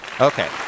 Okay